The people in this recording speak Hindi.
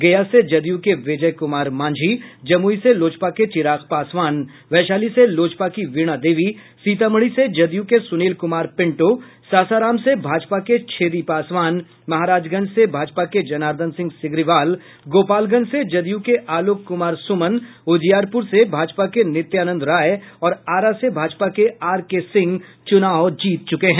गया से जदयू के विजय कुमार मांझी जमुई से लोजपा के चिराग पासवान वैशाली से लोजपा की वीणा देवी सीतामढ़ी से जदयू के सुनील कुमार पिंटू सासाराम से भाजपा के छेदी पासवान महाराजगंज से भाजपा के जनार्दन सिंह सिग्रीवाल गोपालगंज से जदयू के आलोक कुमार सुमन उजियारपुर से भाजपा के नित्यानंद राय और आरा से भाजपा के आरके सिंह चुनाव जीत चुके हैं